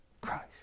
Christ